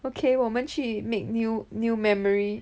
okay 我们去 make new new memory